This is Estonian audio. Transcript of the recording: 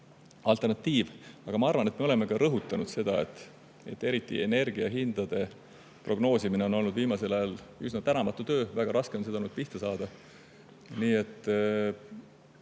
Samas me oleme rõhutanud seda, et eriti energia hindade prognoosimine on olnud viimasel ajal üsna tänamatu töö, väga raske on olnud sellele pihta saada.